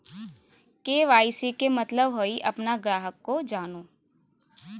KYC के मतलब हइ अपन ग्राहक के जानो